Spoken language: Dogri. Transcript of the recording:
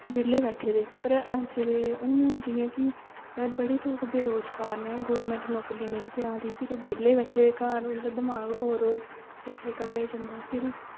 बेह्ले बैठे दे पर अज्ज दे हून जियां कि घर बड़े लोग बेरोजगार न गौरमैंट नौकरियां नेईं देआ दी फिर ओह् बेह्ले बैठे दे घर उं'दा दमाक होर होर पुट्ठे कम्में गी जंदा फिर